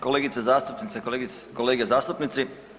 Kolegice zastupnice, kolege zastupnici.